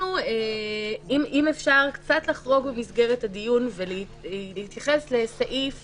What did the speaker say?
אני מבקשת לחרוג קצת ממסגרת הדיון ולהתייחס לסעיף